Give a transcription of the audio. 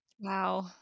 Wow